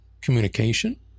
communication